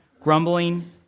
grumbling